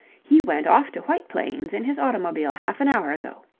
he went off to white plains in his automobile half-an-hour ago.